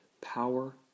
power